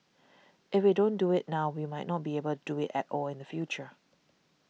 if we don't do it now we might not be able do it at all in the future